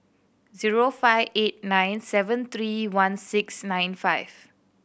zero five eight nine seven three one six nine five